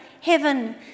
heaven